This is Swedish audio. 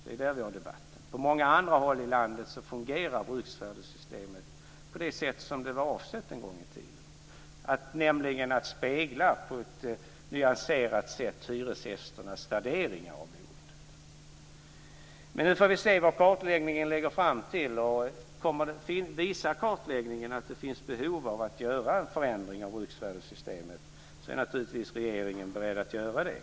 Det är där vi har debatten. På många andra håll i landet fungerar bruksvärdessystemet på det sätt som var avsett en gång i tiden, nämligen att på ett nyanserat sätt spegla hyresgästernas värderingar av boendet. Nu får vi se vad kartläggningen leder fram till. Om den visar att det finns behov av att göra förändringar av bruksvärdessystemet är naturligtvis regeringen beredd att göra det.